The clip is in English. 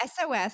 SOS